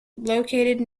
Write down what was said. located